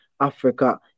Africa